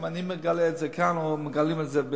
אם אני מגלה את זה כאן או מגלים את זה,